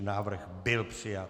Návrh byl přijat.